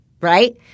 right